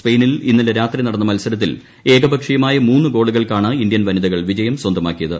സ്പെയിനിൽ ഇന്നലെ രാത്രി നട്ന്ന് മത്സരത്തിൽ ഏകപക്ഷീയമായ മൂന്നു ഗോളുകൾക്കാണ് ഇന്ത്യൻ വനിതകൾ വിജയം സ്വന്തമാക്കിയത്